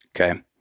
Okay